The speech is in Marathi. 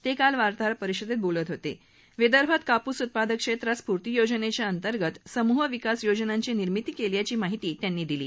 तक्रील वार्ताहर परिषदप्पीवोलत होत विदर्भात कापूस उत्पादक क्षप्रति स्फूर्ती योजनध्वा अंतर्गत समूह विकास योजनांची निर्मिती क्ल्याची माहिती त्यांनी दिली